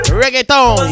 reggaeton